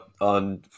on